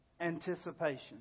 anticipation